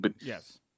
yes